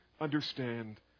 Understand